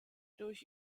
durch